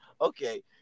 okay